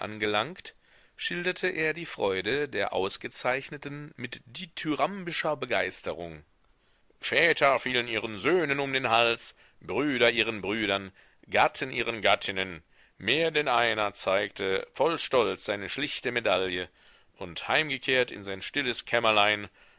angelangt schilderte er die freude der ausgezeichneten mit dithyrambischer begeisterung väter fielen ihren söhnen um den hals brüder ihren brüdern gatten ihren gattinnen mehr denn einer zeigte voll stolz seine schlichte medaille und heimgekehrt in sein stilles kämmerlein